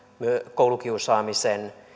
koulukiusaamisen